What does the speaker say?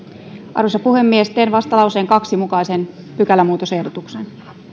arvoisa puhemies teen vastalauseen kahden mukaisen pykälämuutosehdotuksen